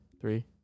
three